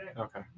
Okay